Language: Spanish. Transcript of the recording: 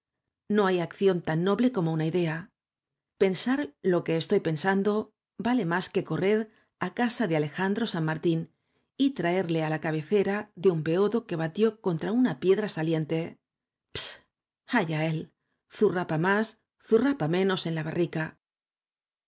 ni hay acción tan noble como una idea pen i sar lo que estoy pensando vale más que correr á casa de alejandro san martín y traerle á la cabecera de un beodo que batió contra una piedra saliente pss allá él zurrapa más z u rrapa menos en la barrica